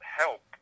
help